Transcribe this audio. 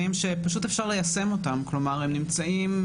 שפשוט אפשר ליישם אותם: הם נמצאים,